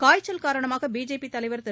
காய்ச்சல் காரணமாக பிஜேபி தலைவர் திரு